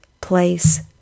place